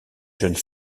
jeune